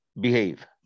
Behave